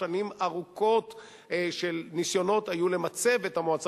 היו שנים ארוכות של ניסיונות למצב את המועצה